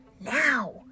Now